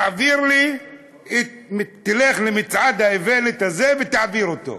תעביר לי את, תלך למצעד האיוולת הזה ותעביר אותו.